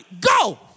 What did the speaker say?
go